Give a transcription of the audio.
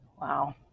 Wow